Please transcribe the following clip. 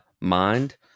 mind